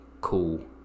cool